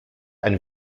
ein